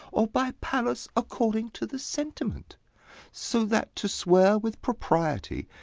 or by pallas, according to the sentiment so that to swear with propriety,